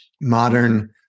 modern